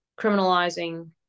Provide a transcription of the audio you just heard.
criminalizing